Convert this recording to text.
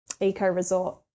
eco-resort